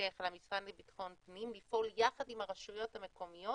מתמשך על המשרד לבטחון פנים לפעול יחד עם הרשויות המקומיות